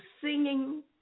singing